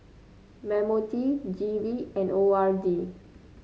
M O T G V and O R D